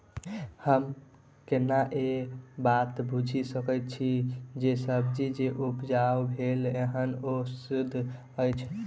हम केना ए बात बुझी सकैत छी जे सब्जी जे उपजाउ भेल एहन ओ सुद्ध अछि?